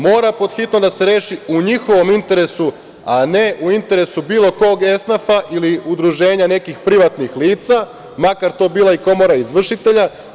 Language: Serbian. Mora pod hitno da se reši u njihovom interesu, a ne u interesu bilo kog esnafa ili udruženja nekih privatnih lica, makar to bila i komora izvršitelja.